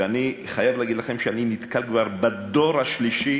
ואני חייב להגיד לכם שאני נתקל כבר בדור השלישי